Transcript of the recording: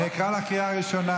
אני אקרא אותך בקריאה ראשונה.